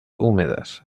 húmedas